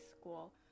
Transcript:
school